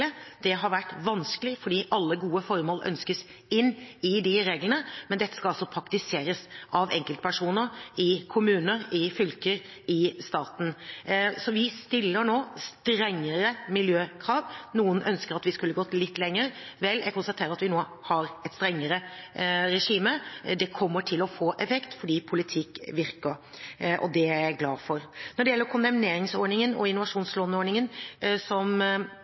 Det har vært vanskelig fordi alle gode formål ønskes inn i de reglene, men dette skal altså praktiseres av enkeltpersoner i kommuner, i fylker, i staten. Så vi stiller nå strengere miljøkrav. Noen ønsker at vi skulle gått litt lenger. Vel, jeg konstaterer at vi nå har et strengere regime. Det kommer til å få effekt fordi politikk virker, og det er jeg glad for. Når det gjelder kondemneringsordningen og innovasjonslåneordningen som